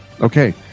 okay